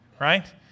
right